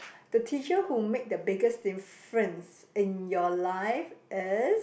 the teacher who make the biggest difference in your life is